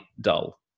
dull